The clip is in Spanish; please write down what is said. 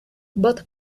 bob